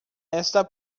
esta